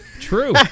true